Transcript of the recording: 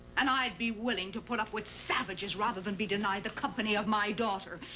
and i'd be willing to put up with savages. rather than be denied the company of my daughter,